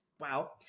wow